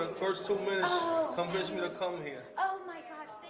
ah first two minutes convinced me to come here. oh, my gosh.